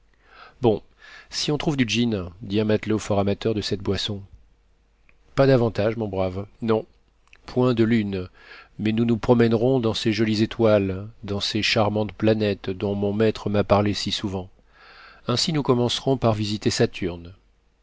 bon si on y trouve du gin dit un matelot fort amateur de cette boisson pas davantage mon brave non point de lune mais nous nous promènerons dans ces jolies étoiles dans ces charmantes planètes dont mon maître m'a parlé si souvent ainsi nous commencerons par visiter saturne